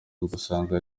gusanga